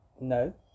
no